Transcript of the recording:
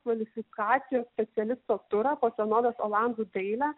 kvalifikacijos specialisto turą po senovės olandų dailę